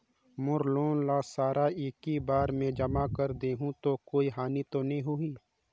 मोर loan सारा एकी बार मे जमा कर देहु तो कोई हानि तो नी होही?